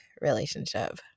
relationship